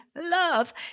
love